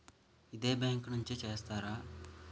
ఇదే బ్యాంక్ నుంచి చేస్తారా?